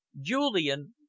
Julian